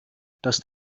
dass